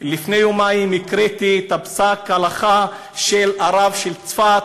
לפני יומיים הקראתי את פסק ההלכה של הרב של צפת,